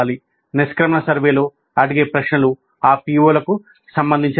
ఇది జరిగితే నిష్క్రమణ సర్వేలో అడిగే ప్రశ్నలు ఆ పిఒలకు సంబంధించినవి